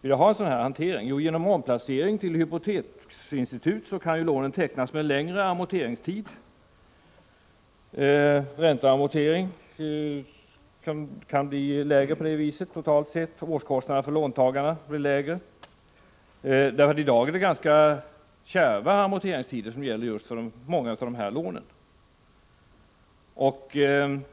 vilja ha en sådan hantering som vi föreslår. Genom omplacering till hypoteksinstitut kan lånen tecknas med längre amorteringstider. Räntan och amorteringsbeloppet kan på det viset bli lägre totalt sett. Årskostnaden för låntagarna blir mindre. I dag är det ganska korta amorteringstider på många av dessa lån.